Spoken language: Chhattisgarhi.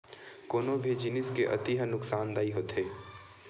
कोनो भी जिनिस के अति ह नुकासानदायी होथे